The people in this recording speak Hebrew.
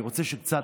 תן לי לסיים.